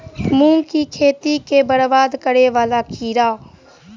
मूंग की खेती केँ बरबाद करे वला कीड़ा?